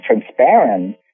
transparent